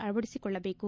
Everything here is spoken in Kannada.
ಅಳವಡಿಸಿಕೊಳ್ಳಬೇಕು